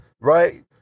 Right